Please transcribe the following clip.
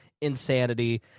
insanity